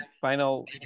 final